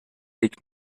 liegt